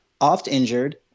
oft-injured